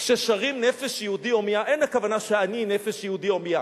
כששרים "נפש יהודי הומייה" אין הכוונה שאני נפש יהודי הומייה.